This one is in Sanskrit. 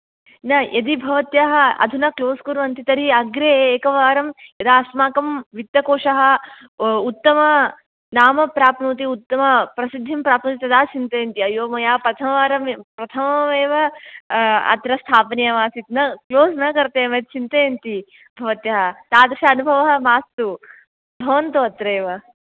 न यदि भवत्याः अधुना क्लोस् कुर्वन्ति तर्हि अग्रे एकवारम् यदा अस्माकं वित्तकोशः उत्तम नाम प्राप्नोति उत्तम प्रसिद्धिं प्राप्नोति तदा चिन्तयन्ति अय्यो मया प्रथमवारं प्रथममेव अत्र स्थापनीयमासीत् न क्लोस् न कर्तव्यमिति चिन्तयन्ति भवत्याः तादृश अनुभवः मास्तु भवन्तु अत्रैव